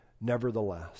nevertheless